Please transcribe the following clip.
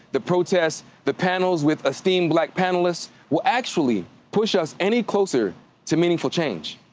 the protests, the panels with esteemed black panelists will actually push us any closer to meaningful change?